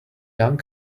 young